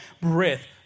breath